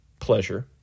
pleasure